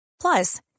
Plus